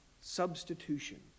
Substitution